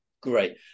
Great